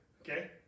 Okay